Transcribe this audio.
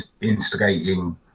instigating